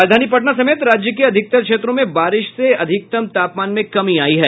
राजधानी पटना समेत राज्य के अधिकतर क्षेत्रों में बारिश से अधिकतम तापमान में कमी आयी है